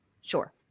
Sure